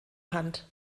hand